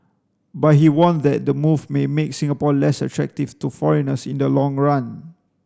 but he warned that the move may make Singapore less attractive to foreigners in the long run